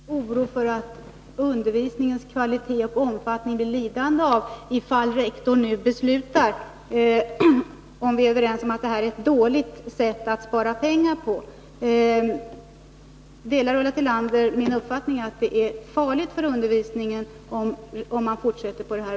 Tisdagen den Herr talman! Delar statsrådet Tillander min oro för att undervisningens 10 november 1981 kvalitet och omfattning blir lidande ifall rektor nu beslutar på detta vis? Och om vi är överens om att det här är ett dåligt sätt att spara pengar på, delar Ulla Tillander då min uppfattning om att det är farligt för undervisningen att Om besparingarna fortsätta så här?